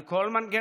על כל מנגנוניו,